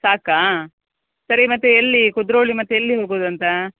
ಸಾಕ ಸರಿ ಮತ್ತೆ ಎಲ್ಲಿ ಕುದ್ರೋಳಿ ಮತ್ತೆ ಎಲ್ಲಿ ಹೋಗೊದಂತ